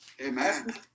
Amen